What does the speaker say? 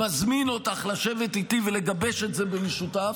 ומזמין אותך לשבת איתי ולגבש את זה במשותף